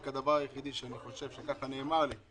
אבל נאמר לי שעדיין לא הוסדר איך זה יגיע.